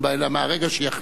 אלא מהרגע שיחליטו,